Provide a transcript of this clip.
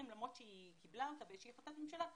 למרות שהיא קיבלה אותה באיזושהי החלטת ממשלה,